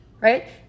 right